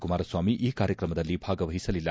ಕುಮಾರಸ್ವಾಮಿ ಈ ಕಾರ್ಯಕ್ರಮದಲ್ಲಿ ಭಾಗವಹಿಸಲಿಲ್ಲ